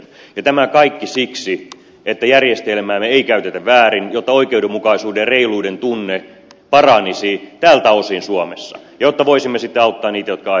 ja tämä kaikki siksi että järjestelmäämme ei käytetä väärin jotta oikeudenmukaisuuden ja reiluuden tunne paranisi tältä osin suomessa jotta voisimme sitten auttaa niitä jotka aidosti apua tarvitsevat